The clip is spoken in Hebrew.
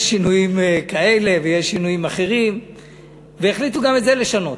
יש שינויים כאלה ויש שינויים אחרים והחליטו גם את זה לשנות,